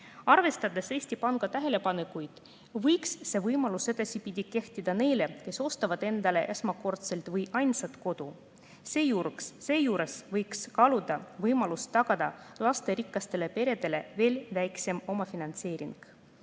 Arvestades Eesti Panga tähelepanekuid, võiks see võimalus edaspidi kehtida neile, kes ostavad endale esmakordselt või ainsat kodu. Seejuures võiks kaaluda võimalust tagada lasterikastele peredele veel väiksem omafinantseering.